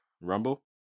rumble